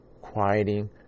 quieting